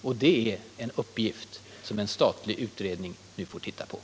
Och det är en uppgift som en statlig utredning nu får ta itu med.